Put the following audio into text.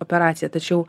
operacija tačiau